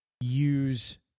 use